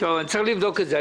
אני צריך לבדוק את זה.